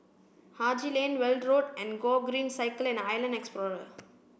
Haji Lane Weld Road and Gogreen Cycle and Island Explorer